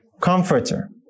comforter